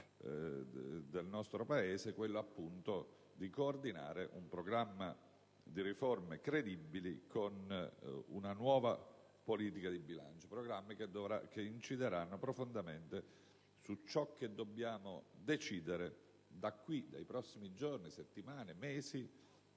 del nostro Paese, del coordinamento di un programma di riforme credibili con una nuova politica di bilancio. Questi programmi incideranno profondamente su ciò che dobbiamo decidere nei prossimi giorni, settimane, mesi